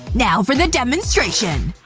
now for the demonstration!